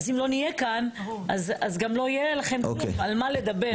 אז אם לא נהיה כאן, אז גם לא יהיה לכם על מה לדבר.